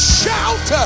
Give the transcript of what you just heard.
shout